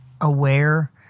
aware